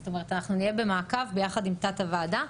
זאת אומרת אנחנו נהיה במעקב ביחד עם תת הוועדה.